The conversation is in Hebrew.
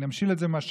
אני אמשיל את זה במשל,